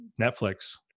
Netflix